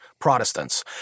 Protestants